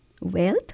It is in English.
wealth